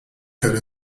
code